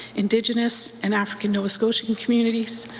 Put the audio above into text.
indigenous and african nova scotian communities,